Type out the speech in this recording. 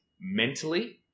mentally